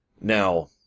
Now